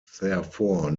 therefore